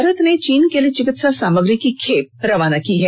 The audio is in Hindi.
भारत ने चीन के लिए चिकित्सा सामग्री की खेप रवाना की है